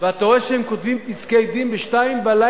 ואתה רואה שהם כותבים פסקי-דין ב-02:00,